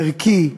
ערכי,